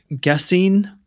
guessing